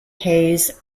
hays